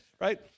Right